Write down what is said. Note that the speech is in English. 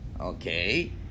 okay